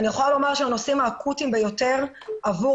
אני יכולה לומר שהנושאים האקוטיים ביותר עבור